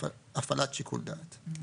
הפעלת שיקול דעת".